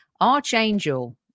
Archangel